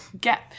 get